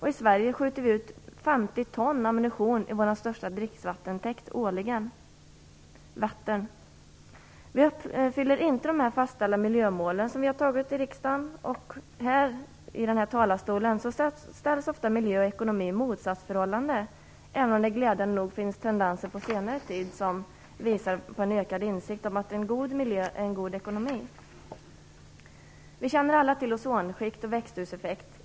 I Sverige skjuter vi årligen ut 50 ton ammunition i vår största dricksvattentäkt Vättern. Vi uppfyller inte de fastställda miljömål som vi har fattat beslut om här i riksdagen. Och i den här talarstolen ställs ofta ekonomi och miljö mot varandra, även om det på senare tid glädjande nog finns tendenser som visar på en ökad insikt om att en god miljö är en god ekonomi. Vi känner alla till ozonskikt och växthuseffekt.